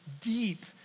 deep